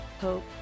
hope